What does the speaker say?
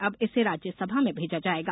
अब इसे राज्यसभा में भेजा जायेगा